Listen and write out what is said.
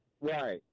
Right